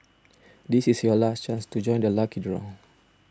this is your last chance to join the lucky draw